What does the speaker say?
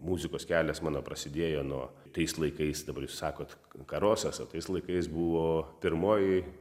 muzikos kelias mano prasidėjo nuo tais laikais dabar jūs sakot karosas o tais laikais buvo pirmoji